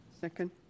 Second